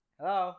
Hello